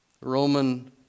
Roman